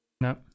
No